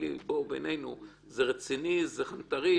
לי פה בינינו אם זה רציני או חנטריש,